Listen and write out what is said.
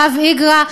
הרב איגרא,